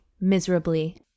miserably